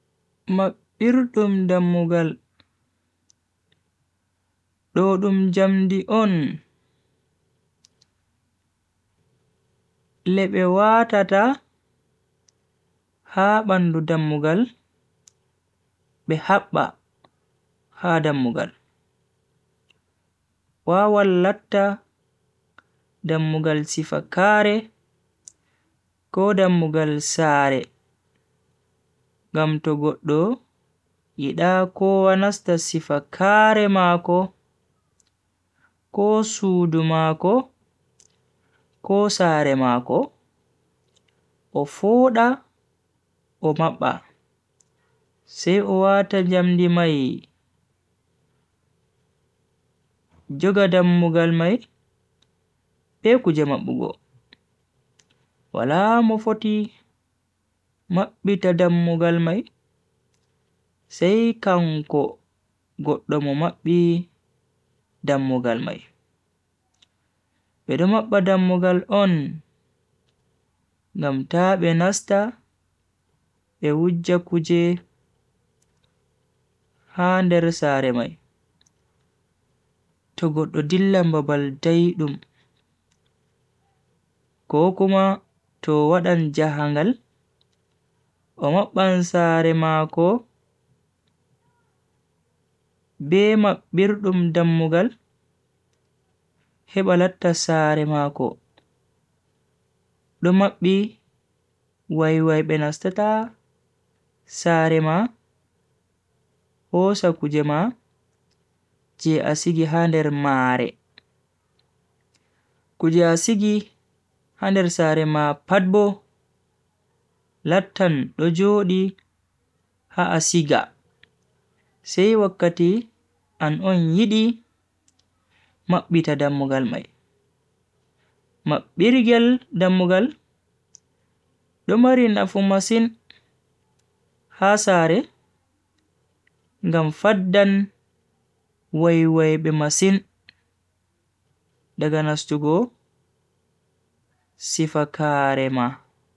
Makirutum dham mughal Dodum jamdi on Lepe waata ta Ha bandu dham mughal Behaba Ha dham mughal Wawalata Dham mughal sifakare Ko dham mughal saare Gam to godo Ida ko anastasifakare mako Ko sudumako Ko saare mako Ofoda Oma pa Se waata jamdi mai Joga dham mughal mai Beku jamak bugo Waala mufoti Makirutum dham mughal mai Seikaung ko Godo mughal mai Dham mughal mai Bedumapa dham mughal on Gam ta benasta Behuja kuje Haan deru saare mai To godo dillambabal dai dum Ko kuma to wa dan jahangal Oma paan saare mako Beema birutum dham mughal Hebalata saare mako Dumak bi Waibai benasta ta Saare mai Osa kuje mai Je asigi haan deru maare Kuja asigi Haan deru saare mai padbo Latan dojo di Haasiga Se wa kati anon yidi Makbita dham mughal mai Makbirigel dham mughal Dumarin afu masin Haa saare Gam faddan Waibai bemasin Da ganastu go Sifakare ma